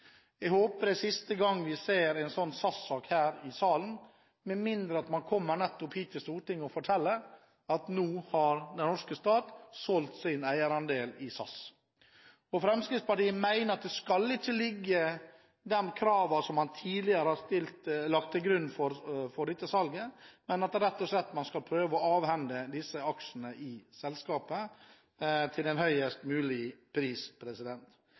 Jeg håper det er siste gang vi ser en sånn SAS-sak her i salen, med mindre man kommer hit til Stortinget og forteller at den norske stat nå har solgt sin eierandel i SAS. Fremskrittspartiet mener at de kravene som man tidligere har lagt til grunn for dette salget, ikke bør stilles, men at man rett og slett skal prøve å avhende aksjene i selskapet til den høyest mulige pris.